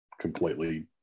completely